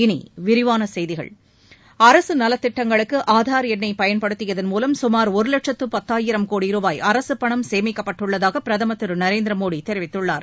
இனி விரிவான செய்திகள் அரசு நலத்திட்டங்களுக்கு ஆதார் எண்ணை பயன்படுத்தியதன் மூலம் சுமார் ஒரு லட்சத்து பத்தாயிரம் கோடி ரூபாய் அரசுப் பணம் சேமிக்கப்பட்டுள்ளதாக பிரதமர் திரு நரேந்திர மோடி தெரிவித்துள்ளார்